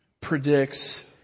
predicts